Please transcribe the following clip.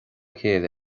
chéile